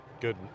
Good